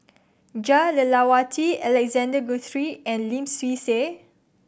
Jah Lelawati Alexander Guthrie and Lim Swee Say